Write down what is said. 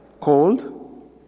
Cold